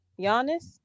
Giannis